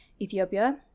ethiopia